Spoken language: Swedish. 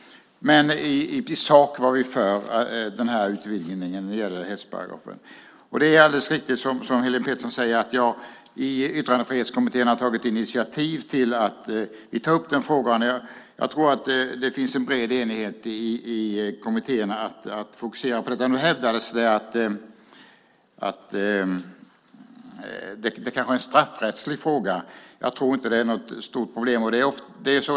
Men i sak var vi för den här utvidgningen av hetsparagrafen. Det är alldeles riktigt som Helene Petersson säger att jag i Yttrandefrihetskommittén har tagit initiativ till att ta upp den frågan. Jag tror att det finns en bred enighet i kommittéerna om att fokusera på detta. Nu hävdades det att det kanske är en straffrättslig fråga. Jag tror inte att det är något stort problem.